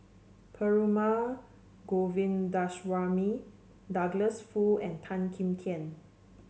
Perumal Govindaswamy Douglas Foo and Tan Kim Tian